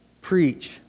preach